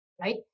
right